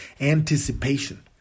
Anticipation